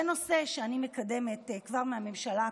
זה נושא שאני מקדמת כבר מהממשלה הקודמת,